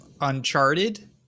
Uncharted